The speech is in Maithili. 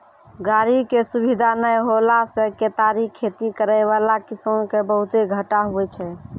गाड़ी के सुविधा नै होला से केतारी खेती करै वाला किसान के बहुते घाटा हुवै छै